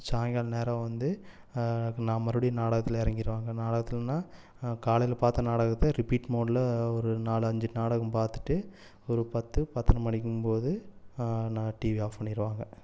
சாயங்கால நேரம் வந்து நான் மறுடியும் நாடகத்தில் இறங்கிருவாங்க நாடகத்துலன்னா காலையில பார்த்த நாடகத்தையே ரிப்பீட் மோட்டில் ஒரு நாலஞ்சு நாடகம் பார்த்துட்டு ஒரு பத்து பத்தரை மணிக்குங்கும்போது டீவியை ஆஃப் பண்ணிருவாங்க